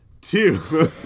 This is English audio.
Two